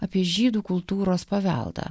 apie žydų kultūros paveldą